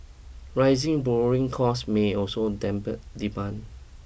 rising borrowing costs may also dampen demand